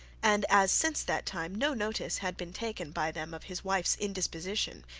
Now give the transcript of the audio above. and as since that time no notice had been taken by them of his wife's indisposition,